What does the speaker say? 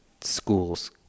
schools